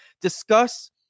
discuss